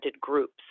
groups